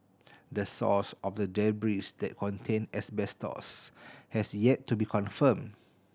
the source of the debris that contain asbestos has yet to be confirmed